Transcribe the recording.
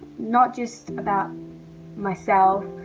not just about myself,